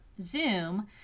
Zoom